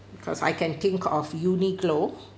cause I can think of Uniqlo